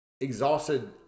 exhausted